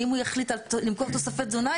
ואם הוא יחליט למכור תוספי תזונה,